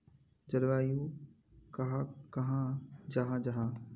जलवायु कहाक कहाँ जाहा जाहा?